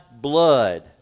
blood